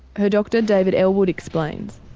her doctor david ellwood explains.